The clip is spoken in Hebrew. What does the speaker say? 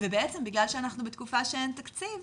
ובעצם בגלל שאנחנו בתקופה שאין תקציב,